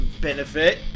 benefit